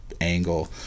angle